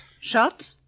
Shot